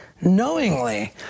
knowingly